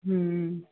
ਹੂੰ